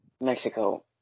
Mexico